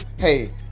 hey